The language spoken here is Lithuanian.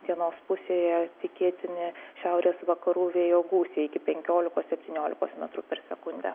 dienos pusėje tikėtini šiaurės vakarų vėjo gūsiai iki penkiolikos septyniolikos metrų per sekundę